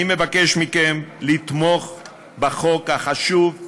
אני מבקש מכם לתמוך בחוק החשוב,